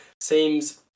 seems